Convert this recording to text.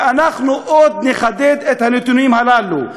ואנחנו עוד נחדד את הנתונים הללו.